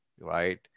right